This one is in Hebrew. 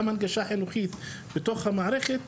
גם הנגשה חינוכית בתוך המערכת,